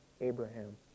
Abraham